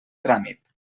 tràmit